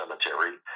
Cemetery